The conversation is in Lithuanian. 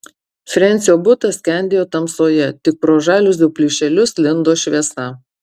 frensio butas skendėjo tamsoje tik pro žaliuzių plyšelius lindo šviesa